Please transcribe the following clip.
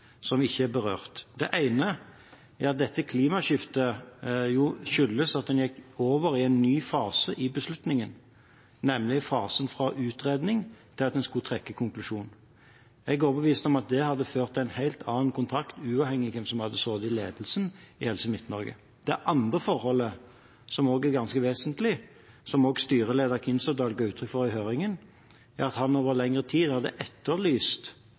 som ikke er berørt. Det ene er at dette klimaskiftet skyldtes at en gikk over i en ny fase i beslutningen, nemlig fasen fra utredning til at en skulle trekke en konklusjon. Jeg er overbevist om at det hadde ført til en helt annen kontakt, uavhengig av hvem som hadde sittet i ledelsen i Helse Midt-Norge. Det andre forholdet, som også er ganske vesentlig, og som også styreleder Kinserdal ga uttrykk for i høringen, er at han over lengre tid hadde etterlyst